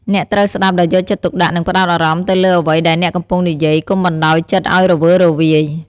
អ្នកត្រូវស្ដាប់ដោយយកចិត្តទុកដាក់ និងផ្ដោតអារម្មណ៍ទៅលើអ្វីដែលអ្នកកំពុងនិយាយ កុំបណ្ដោយចិត្តឱ្យរវើរវាយ។